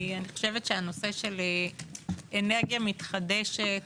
אני חושבת שהנושא של אנרגיה מתחדשת